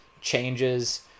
changes